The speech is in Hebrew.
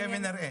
נחכה ונראה.